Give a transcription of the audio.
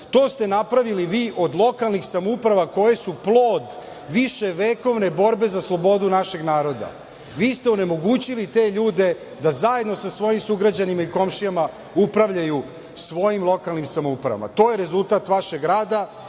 ste napravili vi od lokalnih samouprava koje su plod viševekovne borbe za slobodu našeg naroda. Vi ste onemogućili te ljude da zajedno sa svojim sugrađanima i komšijama upravljaju svojim lokalnim samoupravama. To je rezultat vašeg rada